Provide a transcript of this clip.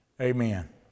Amen